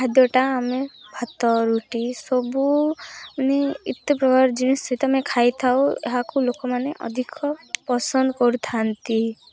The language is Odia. ଖାଦ୍ୟଟା ଆମେ ଭାତ ରୁଟି ସବୁ ମାନେ ଏତେ ପ୍ରକାର ଜିନିଷ ସହିତ ଆମେ ଖାଇ ଥାଉ ଏହାକୁ ଲୋକମାନେ ଅଧିକ ପସନ୍ଦ କରୁଥାନ୍ତି